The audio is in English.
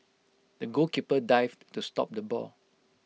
the goalkeeper dived to stop the ball